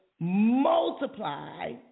multiply